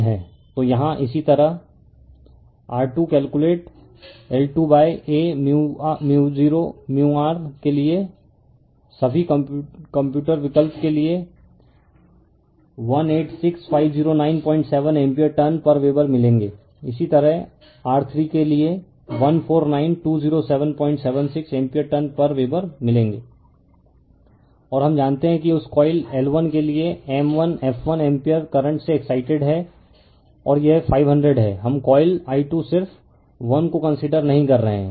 तो यहाँ इसी तरह R2 कैलकुलेट L2 Aµ0µr के लिए सभी कंप्यूटर विकल्प के लिए 1865097 एम्पीयर टर्न पर वेबर मिलेंगे इसी तरह R3 के लिए 14920776 एम्पीयर टर्न पर वेबर मिलेंगे रिफर स्लाइड टाइम 1220 और हम जानते हैं कि उस कॉइल L1 के लिए m1F 1 एम्पीयर करंट से एक्साइटेड है और यह 500 है हम कॉइल i2 सिर्फ 1 को कंसीडर नहीं कर रहे हैं